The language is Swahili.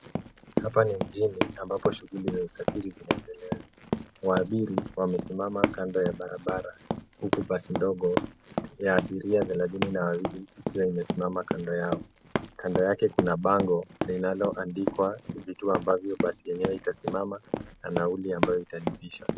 Hapa ni mjini ambapo shughuli za usafiri zinaendelea. Waabiri wamesimama kando ya barabara huku basi ndogo ya abiria thelathini na wawili ikiwa imesimama kando yao. Kando yake kuna bango linaloandikwa vituo ambavyo basi yenyewe itasimama na nauli ambayo italipisha.